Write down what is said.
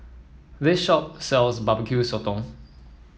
this shop sells bbq sotong